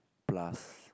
plus